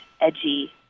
edgy